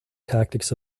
tactics